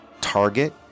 Target